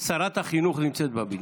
החינוך נמצאת בבניין.